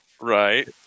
Right